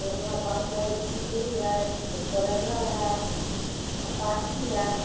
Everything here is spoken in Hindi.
तो हमारे पास है स्कूट्री है एसप्लेंडर है अपाची है